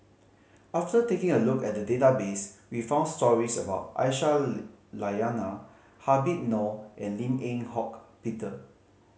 after taking a look at the database we found stories about Aisyah Lyana Habib Noh and Lim Eng Hock Peter